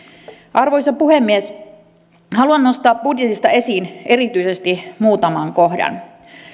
arvoisa puhemies haluan nostaa budjetista esiin erityisesti muutaman kohdan